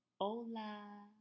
Hola